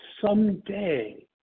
someday